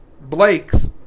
Blake's